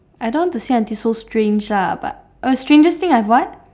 I don't want to say until so strange lah but uh strangest thing I've what